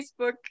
Facebook